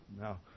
Now